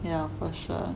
yeah for sure